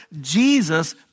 Jesus